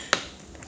singapore industry